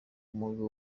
umugwi